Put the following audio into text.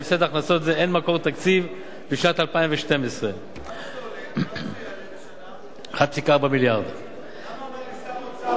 להפסד הכנסות זה אין מקור תקציב לשנת 2012. כמה זה עולה?